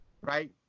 Right